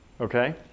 Okay